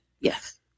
Yes